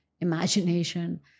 imagination